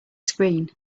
screen